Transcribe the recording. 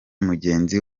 mugenzi